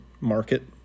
market